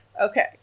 Okay